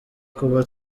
kuva